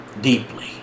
deeply